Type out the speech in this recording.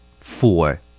Four